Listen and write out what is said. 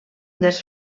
dels